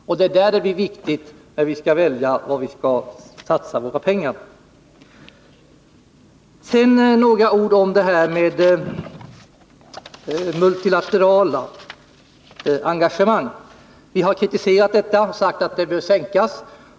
Och det är detta som är viktigt, när vi väljer var vi skall satsa våra pengar. Sedan några ord om multilaterala engagemang. Vi har kritiserat dessa och sagt att de bör inskränkas.